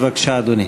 בבקשה, אדוני.